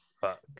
Fuck